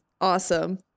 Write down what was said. Awesome